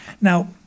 Now